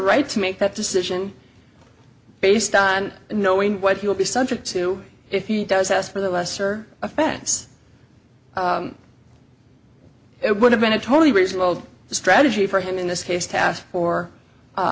right to make that decision based on knowing what he will be subject to if he does has for the lesser offense it would have been a totally reasonable strategy for him in this case t